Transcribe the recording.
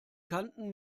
kanten